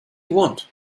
want